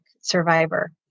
survivor